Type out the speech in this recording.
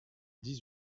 dix